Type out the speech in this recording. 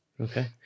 Okay